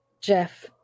Jeff